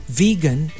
vegan